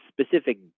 specific